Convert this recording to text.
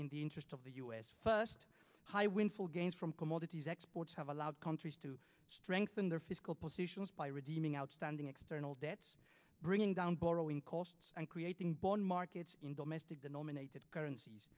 in the interest of the us first high when full gains from commodities exports have allowed countries to strengthen their fiscal positions by redeeming outstanding external debts bringing down borrowing costs and creating bond markets in domestic the nominated currencies